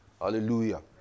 Hallelujah